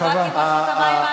חברת הכנסת קורן.